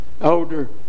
elder